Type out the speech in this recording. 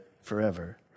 forever